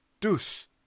Deuce